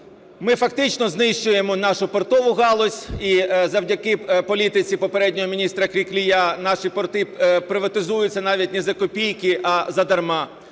Ми фактично знищуємо нашу портову галузь і завдяки політиці попереднього міністра Криклія наші порти приватизуються навіть не за копійки, а задарма,